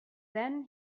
then